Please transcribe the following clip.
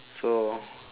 so